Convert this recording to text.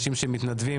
אתם מתנדבים,